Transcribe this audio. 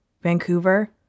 Vancouver